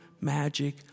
magic